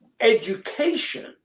education